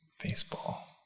Baseball